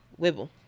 Wibble